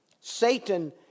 Satan